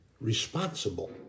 responsible